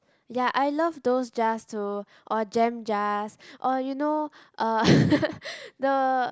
ya I love those jars too or jam jars or you know uh the